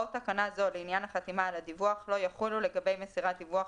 הוראות תקנה זו לעניין החתימה על הדיווח לא יחולו לגבי מסירת דיווח